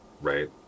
Right